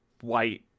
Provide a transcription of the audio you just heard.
white